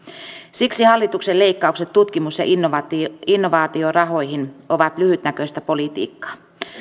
siksi hallituksen leikkaukset tutkimus ja innovaatiorahoihin ovat lyhytnäköistä politiikkaa